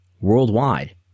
worldwide